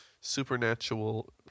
supernatural